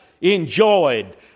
enjoyed